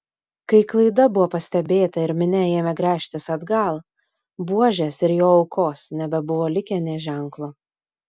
kai klaida buvo pastebėta ir minia ėmė gręžtis atgal buožės ir jo aukos nebebuvo likę nė ženklo